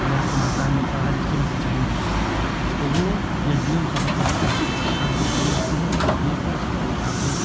पर्याप्त मात्रा में मिल पा रहा है जिससे वह सिंचाई नहीं कर सके तो वह यच डी एम साहब द्वारा वहाँ पर दरखास्त जो पड़ी रहती है उसको देखकर सिंचाई विभाग को